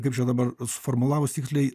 kaip čia dabar suformulavus tiksliai